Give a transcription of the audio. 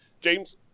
James